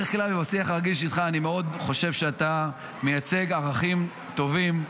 אני חושב שאתה מייצג ערכים מאוד טובים,